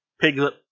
Piglet